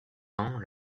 ans